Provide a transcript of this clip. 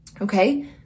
Okay